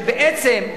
כשבעצם,